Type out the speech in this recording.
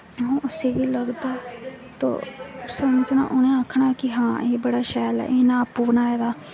उसी बी लगदा तो उन्नै आखना कि एह् बड़ा शैल ऐ आपूं बनाए दा